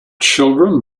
children